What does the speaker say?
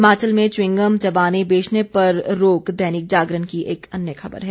हिमाचल में च्यूंगम चबाने बेचने पर रोक दैनिक जागरण की एक अन्य खबर है